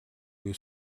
буюу